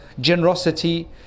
generosity